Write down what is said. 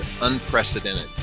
unprecedented